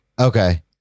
Okay